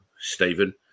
Stephen